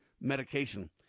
medication